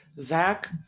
Zach